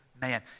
man